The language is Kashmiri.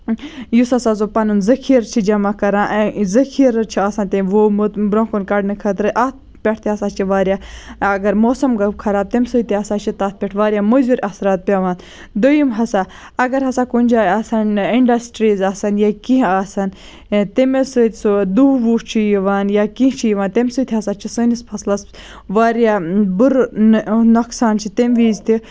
یُس ہسا سُہ پَنُن زٔخیٖرٕ چھ جمع کران زٔخیرٕ چھُ آسان تٔمۍ ووٚمُت برونہہ کُن کَڑنہٕ خٲطرٕ اَتھ پٮ۪ٹھ تہِ ہسا چھِ واریاہ اَگر موسَم گوٚو خراب تَمہِ سۭتۍ تہِ ہسا چھِ تَتھ پٮ۪ٹھ واریاہ مُضِر اَثرات پیوان دٔیُم ہسا اَگر ہسا کُنہِ جایہِ آسن اِنڈَسٹریٖز آسن یا کیٚنہہ آسن تٔمِس سۭتۍ سۭتۍ دُہ وُہ چھُ یِوان یا کیٚنہہ چھِ یِوان تَمہِ سۭتۍ ہسا چھُ سٲنِس فَصلَس واریاہ بُرٕ نۄقصان چھُ تَمہِ وِزِ تہِ